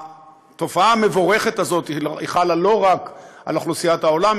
התופעה המבורכת הזאת חלה לא רק על אוכלוסיית העולם,